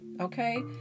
Okay